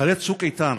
אחרי צוק איתן,